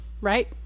Right